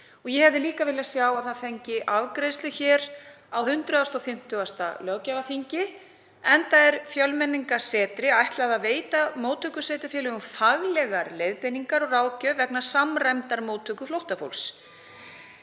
ég hefði líka viljað sjá að það fengi afgreiðslu á 150. löggjafarþingi, enda er Fjölmenningarsetri ætlað að veita móttökusveitarfélögum faglegar leiðbeiningar og ráðgjöf vegna samræmdrar móttöku flóttafólks.